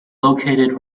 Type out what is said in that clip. located